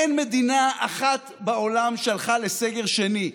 אין מדינה אחת בעולם שהלכה לסגר שני.